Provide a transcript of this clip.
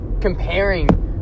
comparing